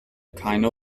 keine